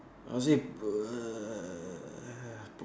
I would say